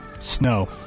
snow